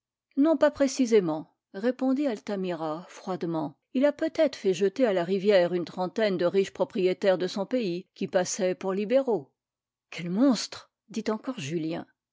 non pas précisément répondit altamira froidement il a peut-être fait jeter à la rivière une trentaine de riches propriétaires de son pays qui passaient pour libéraux quel monstre dit encore julien